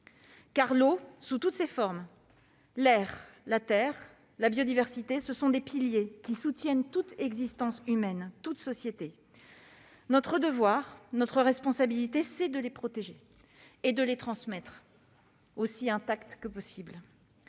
L'eau, sous toutes ses formes, l'air, la terre, la biodiversité sont les piliers qui soutiennent toute existence humaine et toute société. Notre devoir, notre responsabilité est de les protéger, de les transmettre, aussi intacts que possible,